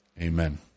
Amen